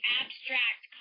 abstract